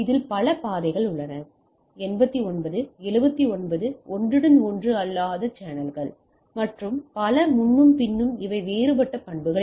எனவே பல பாதை உள்ளது 89 79 ஒன்றுடன் ஒன்று அல்லாத சேனல்கள் மற்றும் பல முன்னும் பின்னும் இவை வேறுபட்ட பண்புகள்